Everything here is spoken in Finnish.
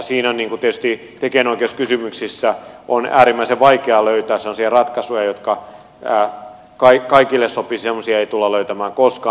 siinä niin kuin tietysti tekijänoikeuskysymyksissä yleensä on äärimmäisen vaikea löytää sellaisia ratkaisuja jotka kaikille sopisivat semmoisia ei tulla löytämään koskaan